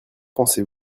pensez